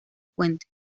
puente